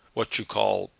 what you call,